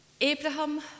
Abraham